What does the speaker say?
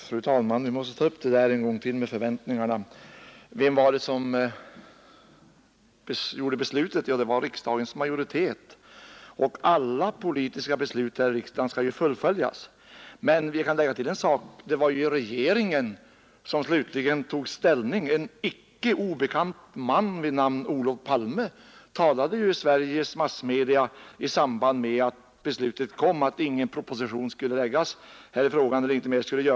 Fru talman! Vi måste ta upp det där med förväntningarna en gång till. Vem fattade beslutet? Jo, det var riksdagens majoritet, och alla politiska beslut i riksdagen skall ju fullföljas. Men vi kan lägga till att det var regeringen som slutligen tog ställning. En icke obekant man vid namn Olof Palme förklarade i Sveriges massmedia i samband med att beslut hade fattats att ingen proposition skulle läggas fram.